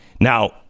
now